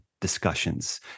discussions